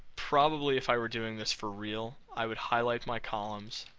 probably, if i were doing this for real i would highlight my columns.